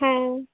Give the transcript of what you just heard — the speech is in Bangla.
হ্যাঁ